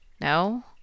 No